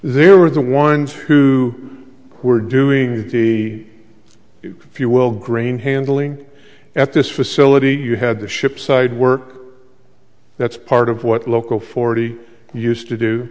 there were the ones who were doing the if you will grain handling at this facility you had to ship side work that's part of what local forty used to do